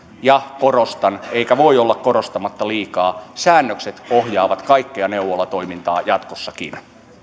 ja korostan eikä voi olla korostamatta liikaa säännökset ohjaavat kaikkea neuvolatoimintaa jatkossakin